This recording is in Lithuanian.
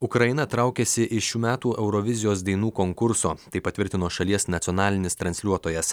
ukraina traukiasi iš šių metų eurovizijos dainų konkurso tai patvirtino šalies nacionalinis transliuotojas